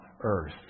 earth